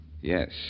Yes